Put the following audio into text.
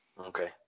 Okay